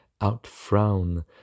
out-frown